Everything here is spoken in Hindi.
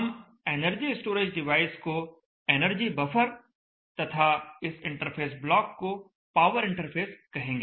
हम एनर्जी स्टोरेज डिवाइस को एनर्जी बफर तथा इस इंटरफ़ेस ब्लॉक को पावर इंटरफ़ेस कहेंगे